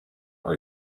are